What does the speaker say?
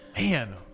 Man